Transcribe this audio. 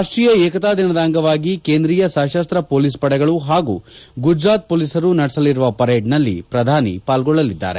ರಾಷ್ಟೀಯ ಏಕತಾ ದಿನದ ಅಂಗವಾಗಿ ಕೇಂದ್ರೀಯ ಸಶಸ್ತ್ರ ಪೊಲೀಸ್ ಪಡೆಗಳು ಹಾಗೂ ಗುಜರಾತ್ ಪೊಲೀಸರು ನಡೆಸಲಿರುವ ಪೆರೇಡ್ನಲ್ಲಿ ಪ್ರಧಾನಿ ಪಾಲ್ಗೊಳ್ಳಲಿದ್ದಾರೆ